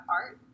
art